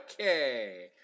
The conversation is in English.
okay